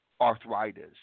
arthritis